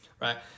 right